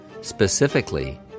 specifically